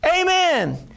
Amen